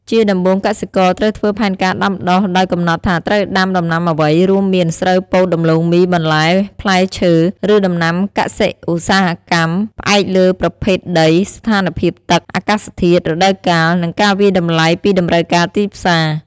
ជាដំបូងកសិករត្រូវធ្វើផែនការដាំដុះ ដោយកំណត់ថាត្រូវដាំដំណាំអ្វី រួមមាន ស្រូវ ពោត ដំឡូងមី បន្លែ ផ្លែឈើ ឬដំណាំកសិឧស្សាហកម្ម ផ្អែកលើប្រភេទដី ស្ថានភាពទឹក អាកាសធាតុ រដូវកាល និងការវាយតម្លៃពីតម្រូវការទីផ្សារ។